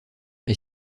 est